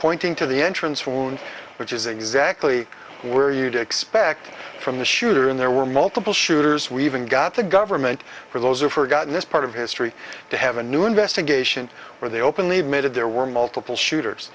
pointing to the entrance wound which is exactly where you'd expect from the shooter and there were multiple shooters we even got the government for those are forgotten this part of history to have a new investigation where they openly admitted there were multiple shooters